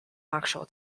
actual